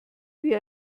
wie